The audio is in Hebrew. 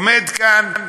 עומד כאן,